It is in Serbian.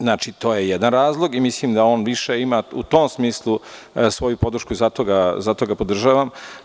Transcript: Znači, to je jedan razlog i mislim da on ima više u tom smislu svoju podršku i zato ga podržavam.